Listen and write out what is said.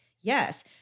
Yes